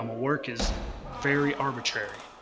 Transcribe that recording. um work is very arbitrary.